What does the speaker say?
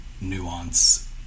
nuance